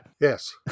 Yes